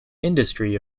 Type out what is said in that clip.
industry